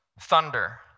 Thunder